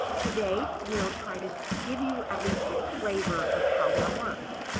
today, we'll try to give you at least the flavor of how that works.